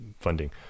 funding